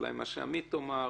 אולי מה שעמית תאמר,